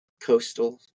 coastal